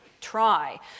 try